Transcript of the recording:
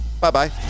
Bye-bye